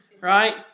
right